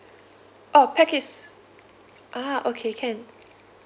oh pax is ah okay can